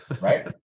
Right